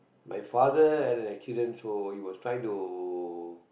my father had an accident so was trying to